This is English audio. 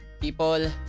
people